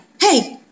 hey